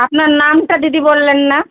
আপনার নামটা দিদি বললেন না